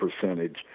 percentage